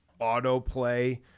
autoplay